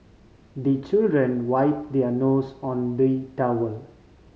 the children wipe their nose on the towel